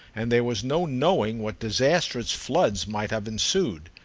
and there was no knowing what disastrous floods might have ensued.